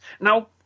Now